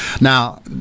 now